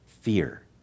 fear